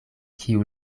kiu